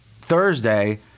Thursday